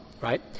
right